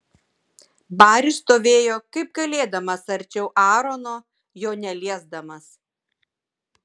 baris stovėjo kaip galėdamas arčiau aarono jo neliesdamas